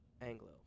Anglo